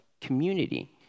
community